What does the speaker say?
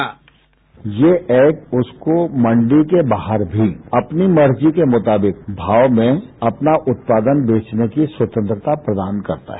sound bite ये app उसको मंडी के बाहर भी अपनी मर्जी के मुताबिक भाव में अपना उत्पादन बेचने की स्वतंत्रता प्रदान करता है